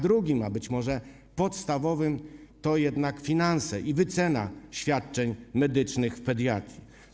Drugim, być może podstawowym problemem są jednak finanse i wycena świadczeń medycznych w pediatrii.